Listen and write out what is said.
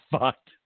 fucked